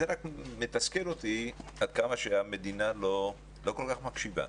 זה רק מתסכל אותי עד כמה שהמדינה לא כל כך מקשיבה.